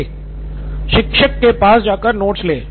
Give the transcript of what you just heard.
नितिन कुरियन शिक्षक के पास जाकर नोट्स ले सही है